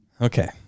Okay